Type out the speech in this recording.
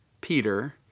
Peter